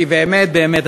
באמת באמת,